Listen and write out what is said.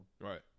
right